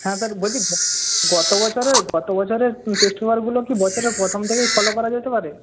হ্যাঁ স্যার বলছি গত বছরের গত বছরের টেস্ট পেপারগুলো কি বছরের প্রথম থেকেই ফলো করা যেতে পারে